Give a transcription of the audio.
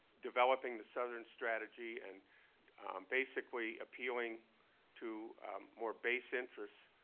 developing the southern strategy and basically appealing to more base interests.